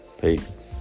Peace